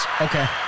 Okay